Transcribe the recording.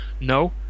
no